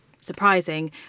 surprising